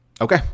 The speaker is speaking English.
Okay